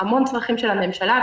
המון צרכים של הממשלה.